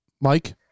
Mike